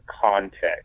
context